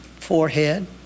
forehead